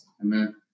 Amen